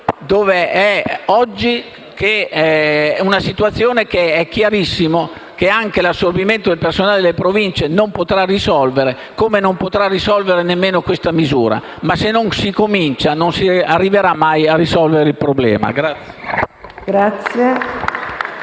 dove è oggi. Una situazione che è chiarissimo che anche l'assorbimento del personale delle Province non potrà risolvere, come non potrà risolvere nemmeno questa misura. Ma, se non si comincia, non si arriverà mai a risolvere il problema.